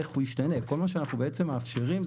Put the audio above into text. כל מה שאנחנו בעצם מאפשרים,